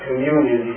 Communion